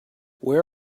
where